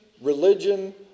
religion